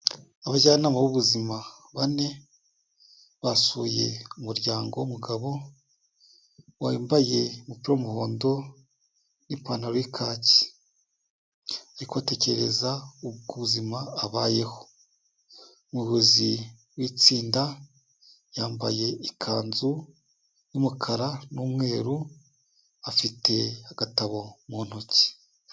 Abajyanama b'ubuzima bane, basuye umuryango w'umugabo wambaye umupira w'umuhondo n'ipantaro y'ikacye, ari kubatekerereza ubuzima abayeho, umuyobozi w'itsinda, yambaye ikanzu y'umukara n'umweru, afite agatabo mu ntoki.